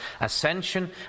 ascension